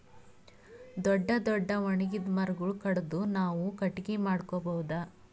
ದೊಡ್ಡ್ ದೊಡ್ಡ್ ಒಣಗಿದ್ ಮರಗೊಳ್ ಕಡದು ನಾವ್ ಕಟ್ಟಗಿ ಮಾಡ್ಕೊಬಹುದ್